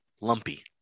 Lumpy